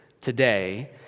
today